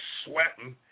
sweating